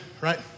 right